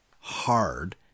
hard